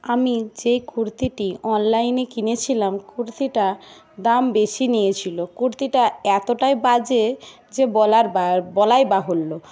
আমি যে কুর্তিটি অনলাইনে কিনেছিলাম কুর্তিটার দাম বেশি নিয়েছিলো কুর্তিটা এতটাই বাজে যে বলার বলাই বাহুল্য